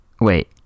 wait